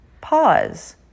pause